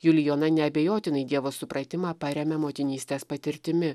julijona neabejotinai dievo supratimą paremia motinystės patirtimi